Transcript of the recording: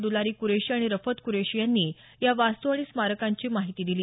दलारी कुरेशी आणि रफत कुरेशी यांनी या वास्तू आणि स्मारकांची माहिती दिली